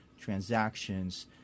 transactions